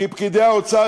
כי פקידי האוצר,